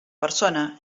persona